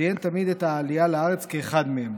ציין תמיד את העלייה לארץ כאחד מהם.